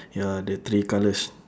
ya the three colours